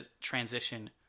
transition